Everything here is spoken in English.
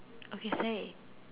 okay say